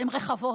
הן רחבות.